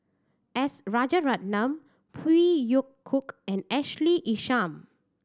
S Rajaratnam Phey Yew Kok and Ashley Isham